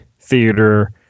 theater